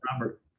Robert